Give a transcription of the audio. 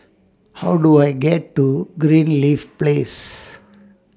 How Do I get to Greenleaf Place